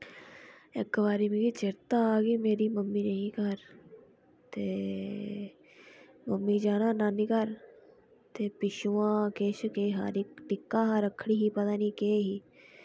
इक बारी मिगी चेता ऐ कि मेरी मम्मी नेईं ही घर ते मम्मी जाना नानी घर ते पिच्छुआं किश केह् हा टिक्का हा रक्खड़ी ही पता निं केह् ही